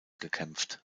gekämpft